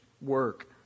work